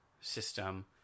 system